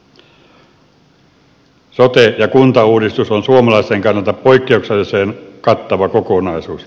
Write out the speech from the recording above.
sote ja kuntauudistus on suomalaisten kannalta poikkeuksellisen kattava kokonaisuus